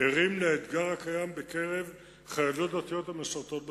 ערים לאתגר הקיים בקרב חיילות דתיות המשרתות בצבא.